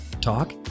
talk